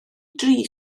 dri